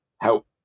help